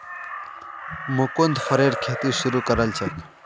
मुकुन्द फरेर खेती शुरू करल छेक